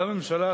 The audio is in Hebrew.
אותה ממשלה,